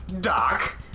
Doc